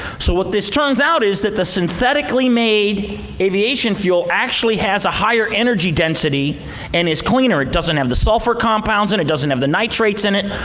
so what this turns out is that the synthetically made aviation fuel actually has a higher energy density and is cleaner. it doesn't have the sulfur compounds in it, it doesn't have the nitrates in it.